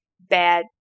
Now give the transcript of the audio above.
bad